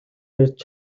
барьж